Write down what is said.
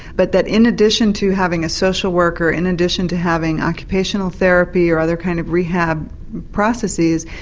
but that in addition to having a social worker, in addition to having occupational therapy or other kind of rehab processes,